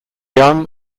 young